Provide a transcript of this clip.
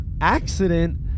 accident